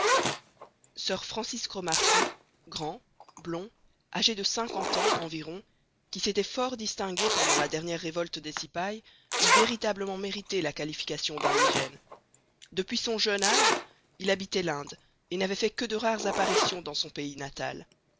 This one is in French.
sir francis cromarty grand blond âgé de cinquante ans environ qui s'était fort distingué pendant la dernière révolte des cipayes eût véritablement mérité la qualification d'indigène depuis son jeune âge il habitait l'inde et n'avait fait que de rares apparitions dans son pays natal